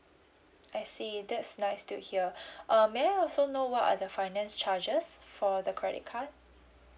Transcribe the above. I see that's nice to hear um may I also know what are the finance charges for the credit card